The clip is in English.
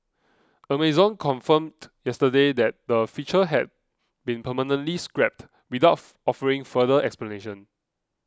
Amazon confirmed yesterday that the feature had been permanently scrapped without offering further explanation